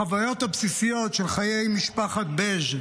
החוויות הבסיסיות של חברי משפחת בז,